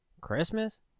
Christmas